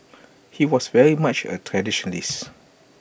he was very much A traditionalist